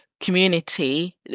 community